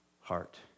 heart